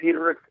Peterick